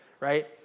Right